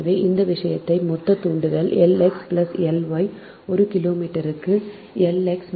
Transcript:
எனவே இந்த விஷயத்தின் மொத்தத் தூண்டல் L x plus L y ஒரு கிலோமீட்டருக்கு எல் எக்ஸ் மற்றும் L y 1